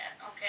okay